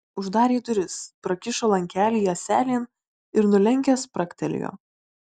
uždarė duris prakišo lankelį ąselėn ir nulenkęs spragtelėjo